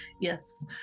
Yes